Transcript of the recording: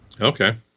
Okay